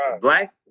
Black